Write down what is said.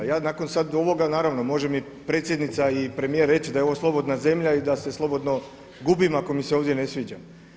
Ja nakon sada ovoga, naravno može mi predsjednica i premijer reći da je ovo slobodna zemlja i da se slobodno gubim ako mi se ovdje ne sviđa.